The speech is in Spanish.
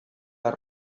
las